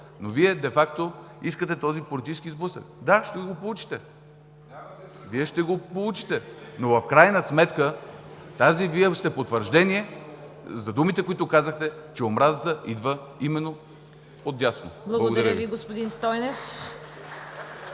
но Вие де факто искате този политически сблъсък. Да, ще го получите. Вие ще го получите, но в крайна сметка Вие сте потвърждение за думите, които казахте, че омразата идва именно отдясно. Благодаря. (Ръкопляскания